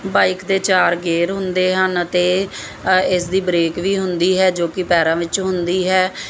bike ਦੇ ਚਾਰ gear ਹੁੰਦੇ ਹਨ ਅਤੇ ਇਸਦੀ ਬ੍ਰੇਕ ਵੀ ਹੁੰਦੀ ਹੈ ਜੋ ਕੀ ਪੈਰਾਂ ਵਿੱਚ ਹੁੰਦੀ ਹੈ